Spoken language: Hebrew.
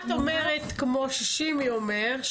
את אומרת כמו ששימי אומר,